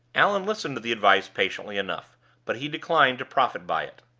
allan listened to the advice patiently enough but he declined to profit by it.